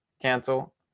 cancel